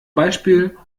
beispiel